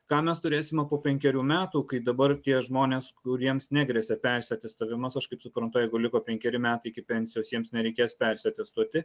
ką mes turėsime po penkerių metų kai dabar tie žmonės kuriems negresia persiatestavimas aš kaip suprantu jeigu liko penkeri metai iki pensijos jiems nereikės persiatestuoti